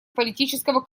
политического